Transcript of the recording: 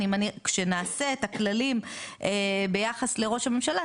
כשנעשה את הכללים ביחס לראש הממשלה,